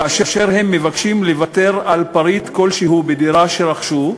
כאשר הם מבקשים לוותר על פריט כלשהו בדירה שרכשו,